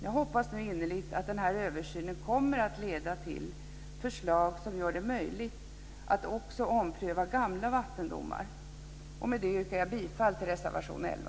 Jag hoppas nu innerligt att den översynen kommer att leda till förslag som gör det möjligt att också ompröva gamla vattendomar! Med detta yrkar jag bifall till reservation 11.